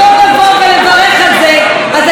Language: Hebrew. אתם באים ותוקפים כל דבר.